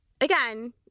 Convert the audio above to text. again